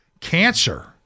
cancer